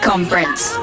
Conference